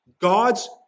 God's